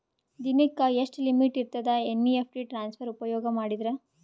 ದಿನಕ್ಕ ಎಷ್ಟ ಲಿಮಿಟ್ ಇರತದ ಎನ್.ಇ.ಎಫ್.ಟಿ ಟ್ರಾನ್ಸಫರ್ ಉಪಯೋಗ ಮಾಡಿದರ?